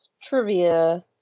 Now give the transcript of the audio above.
trivia